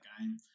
game